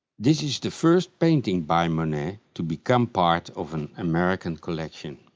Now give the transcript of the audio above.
this is the first painting by monet to become part of an american collection.